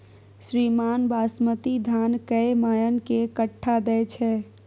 श्रीमान बासमती धान कैए मअन के कट्ठा दैय छैय?